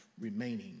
remaining